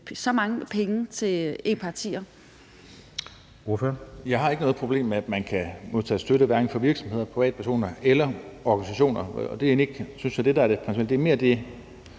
så mange penge til partier,